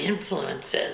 influences